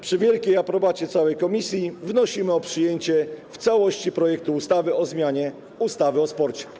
Przy wielkiej aprobacie całej komisji wnosimy o przyjęcie w całości projektu ustawy o zmianie ustawy o sporcie.